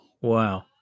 Wow